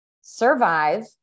survive